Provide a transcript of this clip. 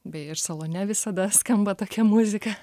beje ir salone visada skamba tokia muzika